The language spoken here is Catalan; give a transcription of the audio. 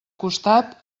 costat